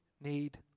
need